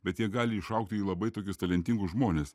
bet jie gali išaugti į labai tokius talentingus žmones